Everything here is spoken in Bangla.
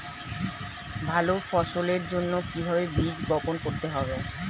ভালো ফসলের জন্য কিভাবে বীজ বপন করতে হবে?